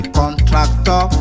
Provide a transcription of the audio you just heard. contractor